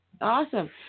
Awesome